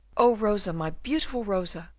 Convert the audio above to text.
oh, rosa, my beautiful rosa,